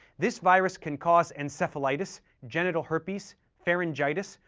this virus can cause encephalitis, genital herpes, pharyngitis,